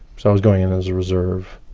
so i was going in as a reserve,